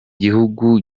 gihugu